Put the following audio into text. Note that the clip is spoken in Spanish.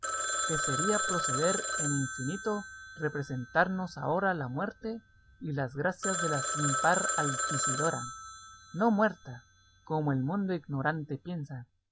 que sería proceder en infinito representarnos ahora la muerte y las gracias de la sin par altisidora no muerta como el mundo ignorante piensa